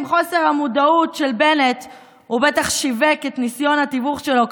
עם חוסר המודעות של בנט הוא בטח שיווק את ניסיון התיווך שלו,